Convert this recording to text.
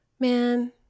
Man